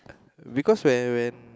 because when when